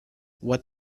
what